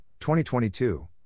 2022